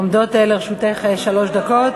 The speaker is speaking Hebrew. עומדות לרשותך שלוש דקות.